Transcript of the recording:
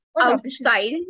Outside